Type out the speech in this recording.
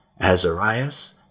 Azarias